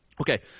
Okay